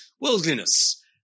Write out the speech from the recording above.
worldliness